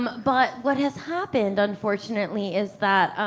um but what has happened, unfortunately, is that